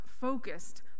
focused